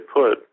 put